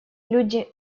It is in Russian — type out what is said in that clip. люди